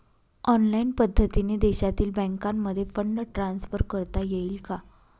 Online पद्धतीने देशातील बँकांमध्ये फंड ट्रान्सफर करता येईल का?